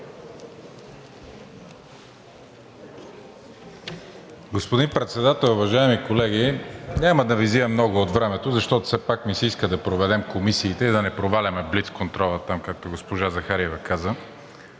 Господин Председател, уважаеми колеги! Няма да Ви вземам много от времето, защото все пак ми се иска да проведем комисиите и да не проваляме блицконтрола, както каза госпожа Захариева.